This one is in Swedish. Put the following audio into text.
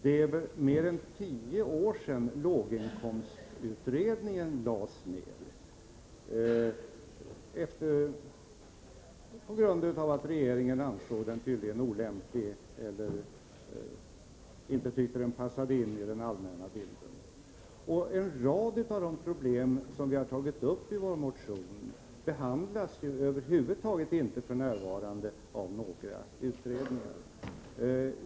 Det är väl mer än tio år sedan låginkomstutredningen lades ned, tydligen på grund av att regeringen ansåg den olämplig eller inte tyckte att den passade in i den allmänna bilden. En rad av de problem som vi tagit upp i vår motion behandlas över huvud taget f.n. inte av några utredningar.